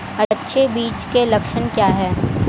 अच्छे बीज के लक्षण क्या हैं?